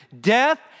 death